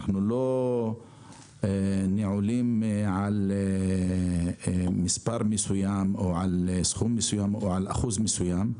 אנחנו לא נעולים על מספר מסוים או על סכום מסוים או על אחוז מסוים.